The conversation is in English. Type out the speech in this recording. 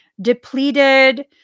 depleted